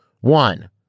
One